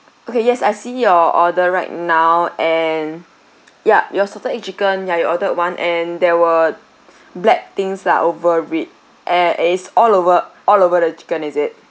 okay yes I see your order right now and yup your salted egg chicken ya you ordered one and there were black things lah over it and it's all over all over the chicken is it